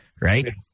right